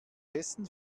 hessen